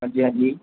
ਹਾਂਜੀ ਹਾਂਜੀ